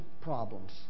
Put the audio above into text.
problems